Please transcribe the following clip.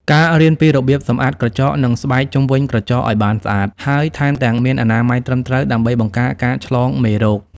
ការរៀនពីរបៀបសម្អាតក្រចក និងស្បែកជុំវិញក្រចកឱ្យបានស្អាត ហើយថែមទាំងមានអនាម័យត្រឹមត្រូវ ដើម្បីបង្ការការឆ្លងមេរោគ។